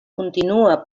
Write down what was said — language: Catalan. continua